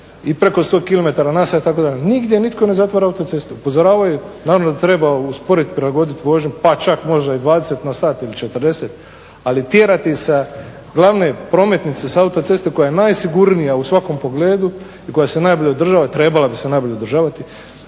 i preko 100km na sat tako da nigdje nitko ne zatvara autoceste. Upozoravaju naravno da treba usporit, prilagodit vožnju, pa čak možda i 20 na sat ili 40. Ali tjerati sa glavne prometnice, sa autoceste koja je najsigurnija u svakom pogledu i koja se najbolje održava, trebala bi se najbolje održavati